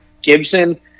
Gibson